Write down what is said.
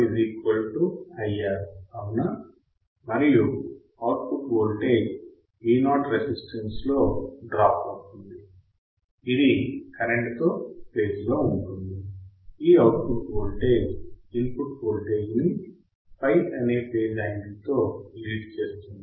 ఇప్పుడు Vo IR అవునా మరియు అవుట్పుట్ వోల్టేజ్ Vo రెసిస్టన్స్ లో డ్రాప్ అవుతుంది ఇది కరెంట్ తో ఫేజ్ లో ఉంటుంది ఈ అవుట్పుట్ వోల్టేజ్ ఇన్పుట్ వోల్టేజ్ ని Phi అనే ఫేజ్ యాంగిల్ తో లీడ్ చేస్తుంది